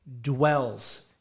dwells